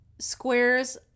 squares